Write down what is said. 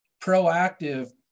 proactive